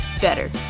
better